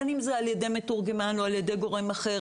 בין אם זה ע"י מתורגמן או ע"י גורם אחר.